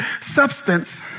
substance